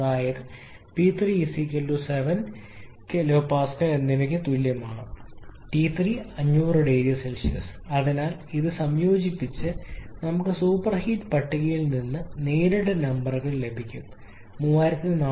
അതിനാൽ P3 7 T3 500 oC അതിനാൽ ഇത് സംയോജിപ്പിച്ച് നമുക്ക് സൂപ്പർഹീറ്റ് പട്ടികയിൽ നിന്ന് നേരിട്ട് നമ്പറുകൾ ലഭിക്കും 3411